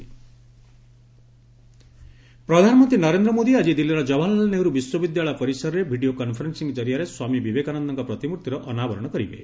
ବିବେକାନନ୍ଦ ପ୍ରତିମୂର୍ତ୍ତି ପ୍ରଧାନମନ୍ତ୍ରୀ ନରେନ୍ଦ୍ର ମୋଦି ଆଙ୍ଗି ଦିଲ୍ଲୀର ଜବାହରଲାଲ୍ ନେହେରୁ ବିଶ୍ୱବିଦ୍ୟାଳୟ ପରିସରରେ ଭିଡ଼ିଓ କନ୍ଫରେନ୍ସିଂ କ୍ରିଆରେ ସ୍ୱାମୀ ବିବେକାନନ୍ଦଙ୍କ ପ୍ରତିମୂର୍ତ୍ତିର ଅନାବରଣ କରିବେ